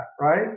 right